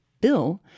Bill